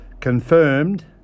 confirmed